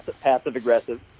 Passive-aggressive